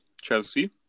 Chelsea